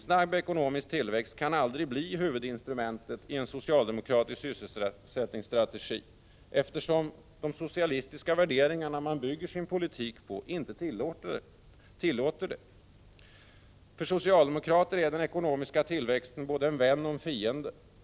Snabb ekonomisk tillväxt kan aldrig bli huvudinstrumentet i en socialdemokratisk sysselsättningsstrategi, eftersom de socialistiska värderingar man bygger sin politik på inte tillåter det. För socialdemokrater är den ekonomiska tillväxten både en vän och en fiende.